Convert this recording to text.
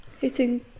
hitting